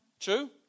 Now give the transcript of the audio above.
True